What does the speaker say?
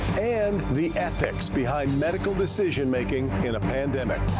and the ethics behind medical decision making in a pandemic.